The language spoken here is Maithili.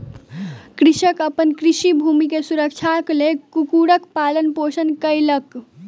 कृषक अपन कृषि भूमि के सुरक्षाक लेल कुक्कुरक पालन पोषण कयलक